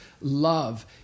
love